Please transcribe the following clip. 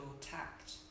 tact